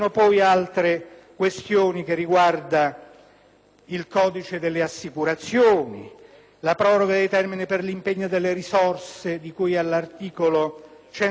il Codice delle assicurazioni, la proroga dei termini per l'impegno delle risorse di cui all'articolo 148 della legge n. 388 del 23 dicembre 2000,